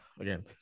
again